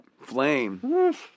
Flame